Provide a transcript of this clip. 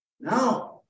Now